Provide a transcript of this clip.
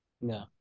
No